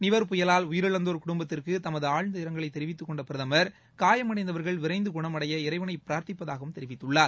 நிவர் புயலால் உயிரிழந்தோர் குடும்பத்திற்கு துது ஆழ்ந்த இரங்கலைத் தெரிவித்துக் கொண்ட பிரதமர் காயமடைந்தவர்கள் விரைந்து குணமடைய இறைவனை பிரார்த்திப்பதாகத் தெரிவித்துள்ளார்